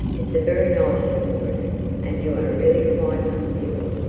it's a very nice little room and you are really quite uncivil